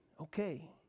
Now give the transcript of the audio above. okay